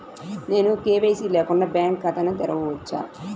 నేను కే.వై.సి లేకుండా బ్యాంక్ ఖాతాను తెరవవచ్చా?